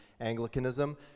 Anglicanism